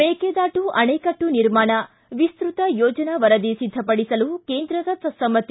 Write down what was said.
ಮೇಕೆದಾಟು ಅಣೆಕಟ್ಟು ನಿರ್ಮಾಣ ವಿಸ್ತತ ಯೋಜನಾ ವರದಿ ಸಿದ್ದಪಡಿಸಲು ಕೇಂದ್ರದ ಸಮ್ನತಿ